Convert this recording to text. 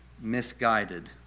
misguided